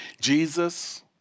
Jesus